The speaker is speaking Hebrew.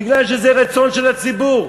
בגלל שזה רצון של הציבור,